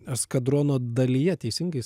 eskadrono dalyje teisingai